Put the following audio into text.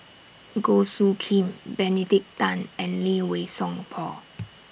Goh Soo Khim Benedict Tan and Lee Wei Song Paul